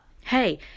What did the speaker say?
hey